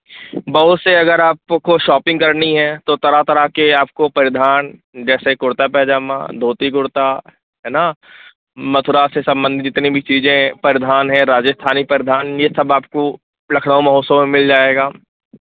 बहुत से अगर आपको शॉपिंग करनी है तो तरह तरह के आपको परिधान जैसे कुर्ता पायजामा धोती कुर्ता है ना मथुरा से सम्बन्धित जितनी भी चीज़ें परिधान है राजस्थानी परिधान ये सब आपको लखनऊ महोत्सव में मिल जाएगा